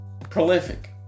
Prolific